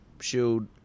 Shield